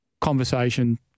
conversation